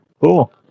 cool